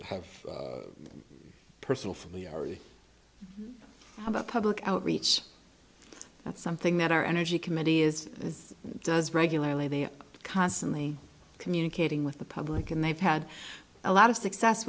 have personal family are you not public outreach that's something that our energy committee is does regularly they are constantly communicating with the public and they've had a lot of success